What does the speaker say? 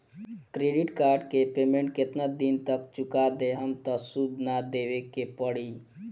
Credit card के payment केतना दिन तक चुका देहम त सूद ना देवे के पड़ी?